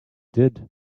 did